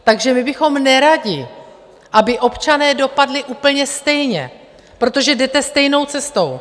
Takže my bychom neradi, aby občané dopadli úplně stejně, protože jdete stejnou cestou.